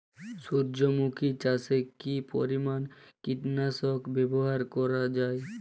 সূর্যমুখি চাষে কি পরিমান কীটনাশক ব্যবহার করা যায়?